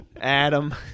Adam